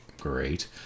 great